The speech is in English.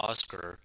Oscar